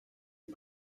est